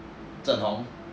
zhen hong